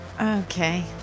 Okay